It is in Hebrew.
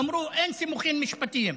אמרו: אין סימוכין משפטיים.